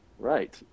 Right